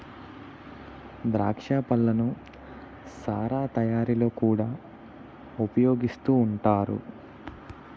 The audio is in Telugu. ద్రాక్ష పళ్ళను సారా తయారీలో కూడా ఉపయోగిస్తూ ఉంటారు